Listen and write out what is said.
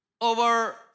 over